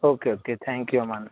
okay okay thank you Aman